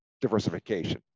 diversification